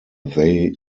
they